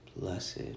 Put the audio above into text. Blessed